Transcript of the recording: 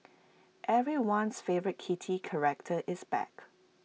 everyone's favourite kitty character is back